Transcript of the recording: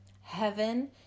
Heaven